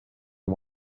one